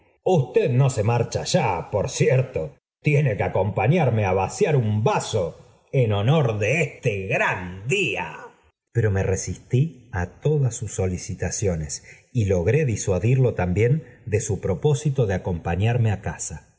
usted no se mar cha ya por cierto tiene que acompañarme á vaciar un vaso en honor de este gran día pero me resistí á todas sus solicitaciones y logré disuadirlo también de su propósito de aoom v pañarrne á casa